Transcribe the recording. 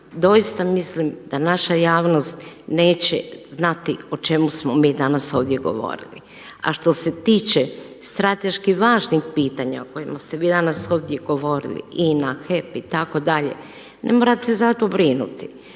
doista mislim da naša javnost neće znati o čemu smo mi danas ovdje govorili. A što se tiče strateški važnih pitanja o kojima ste vi danas ovdje govorili INA, HEP itd. ne morate za to brinuti.